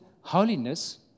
holiness